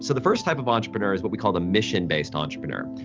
so the first type of entrepreneur is what we call the mission-based entrepreneur.